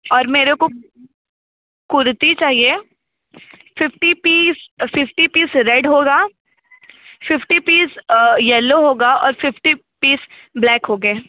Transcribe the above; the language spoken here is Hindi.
और मुझे कुर्ती चाहिए fifty piece fifty piece red होगा फिफ्टी पीस येलो होगा और फिफ्टी पीस ब्लैक होंगे